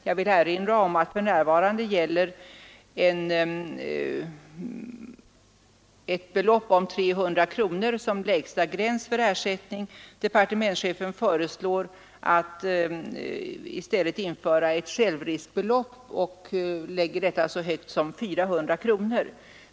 Jag vill erinra om att för närvarande gäller ett belopp om 300 kronor som lägsta gräns för ersättning. Departementschefen föreslår att i stället skall införas ett självriskbelopp och lägger detta så högt som 400 kronor.